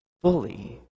fully